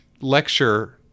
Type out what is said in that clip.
lecture